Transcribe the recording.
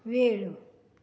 वेळ